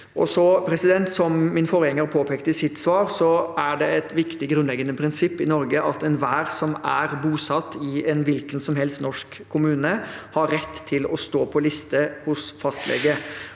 Som min forgjenger påpekte i sitt svar, er det et viktig grunnleggende prinsipp i Norge at enhver som er bosatt i en hvilken som helst norsk kommune, har rett til å stå på liste hos fastlege.